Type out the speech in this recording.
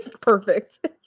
Perfect